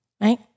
right